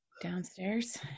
downstairs